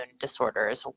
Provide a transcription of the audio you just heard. disorders